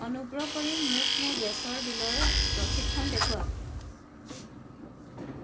অনুগ্ৰহ কৰি মোক মোৰ গেছৰ বিলৰ ৰচিদখন দেখুৱাওক